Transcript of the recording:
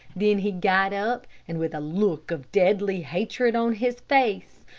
then he got up, and with a look of deadly hatred on his face,